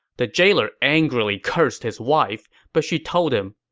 the jailer angrily cursed his wife, but she told him,